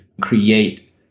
create